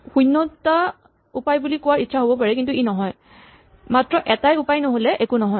শূণ্য টা উপায় বুলি কোৱাৰ ইচ্ছা হ'ব পাৰে কিন্তু ই নহয় মাত্ৰ এটাই উপায় নহ'লে একো নহয়